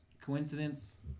coincidence